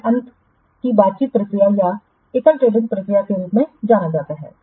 फिर अंतिम को बातचीत प्रक्रिया या एकल टेंडरिंग प्रक्रिया के रूप में जाना जाता है